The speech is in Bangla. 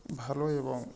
ভালো এবং